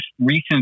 recent